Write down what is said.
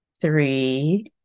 three